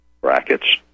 brackets